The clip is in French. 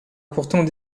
pourtant